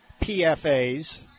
PFAs